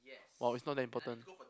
while it's not that important